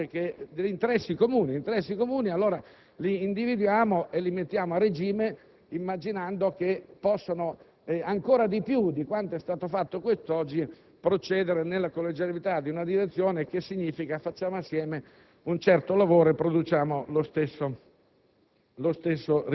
che esistono degli interessi comuni che vanno individuati e messi a regime, immaginando che, ancora di più di quanto è stato fatto quest'oggi, possano procedere nella collegialità di una direzione che significa: facciamo assieme un certo lavoro e produciamo lo stesso